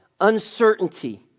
Uncertainty